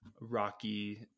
rocky